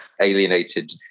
alienated